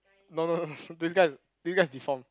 no no no no this guy this guy is deformed